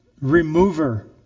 Remover